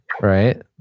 Right